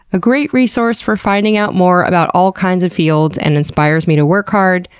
a great resource for finding out more about all kinds of fields, and inspires me to work hard,